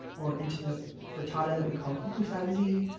or into the frittata that we call kuku sabzi,